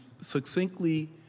succinctly